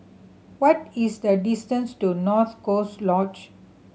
what is the distance to North Coast Lodge